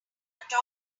ladder